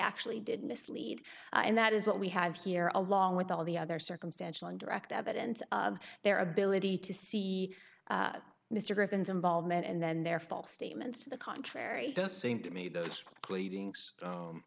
actually did mislead and that is what we have here along with all the other circumstantial and direct evidence of their ability to see mr griffin's involvement and then their false statements to the contrary does seem to me that is leading